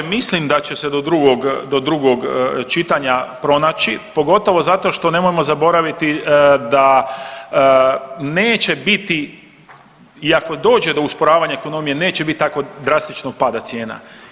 Mislim da će se do drugog čitanja pronaći pogotovo zato što nemojmo zaboraviti da neće biti i ako dođe do usporavanja ekonomije neće biti tako drastičnog pada cijena.